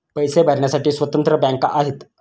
पैसे भरण्यासाठी स्वतंत्र बँका आहेत